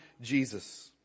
Jesus